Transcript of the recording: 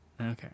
Okay